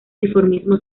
dimorfismo